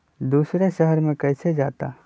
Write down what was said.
दूसरे शहर मे कैसे जाता?